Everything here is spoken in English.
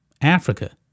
Africa